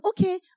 okay